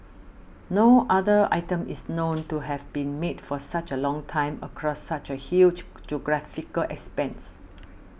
no other item is known to have been made for such a long time across such a huge geographical expanse